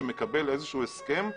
שמקבל איזשהו הסכם,